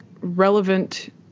relevant